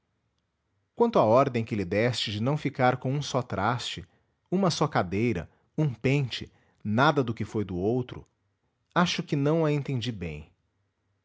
quanto à ordem que lhe deste de não ficar com um só traste uma só cadeira um pente nada do que foi do outro acho que não a entendi bem